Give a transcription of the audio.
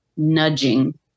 nudging